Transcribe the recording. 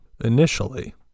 initially